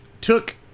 took